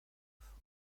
offre